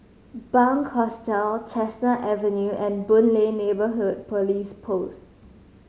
Bunc Hostel Chestnut Avenue and Boon Lay Neighbourhood Police Post